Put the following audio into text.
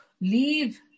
leave